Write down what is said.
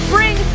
Bring